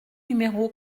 numéro